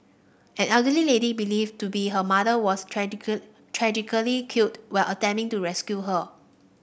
an elderly lady believed to be her mother was tragical tragically killed while attempting to rescue her